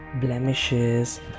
blemishes